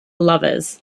lovers